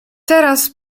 teraz